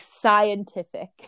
scientific